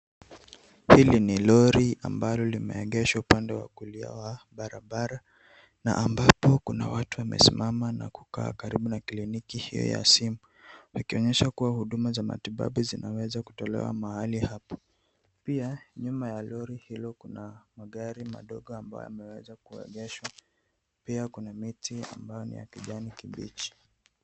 Hili ni lori ambalo limeegeshwa upande wa kulia wa barabara na ambapo kuna watu wamesimama karibu na kliniki hiyo ya simu akionyesha kuwa huduma za matibabu zinaweza kutolewa mahali hapo. Pia nyuma ya lori hilo kuna magari madogo ambayo yameweza kuegeshwa pia kuna miti ambayo ya kijani kibichi.